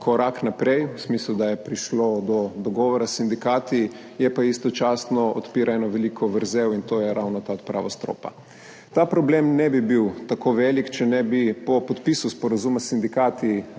korak naprej v smislu, da je prišlo do dogovora s sindikati. Istočasno pa odpira eno veliko vrzel, in to je ravno ta odprava stropa. Ta problem ne bi bil tako velik, če ne bi po podpisu sporazuma s sindikati,